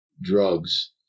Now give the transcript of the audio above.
drugs